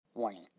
Warning